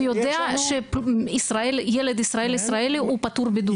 הוא יודע שילד ישראל ישראלי, הוא פטור בידוד.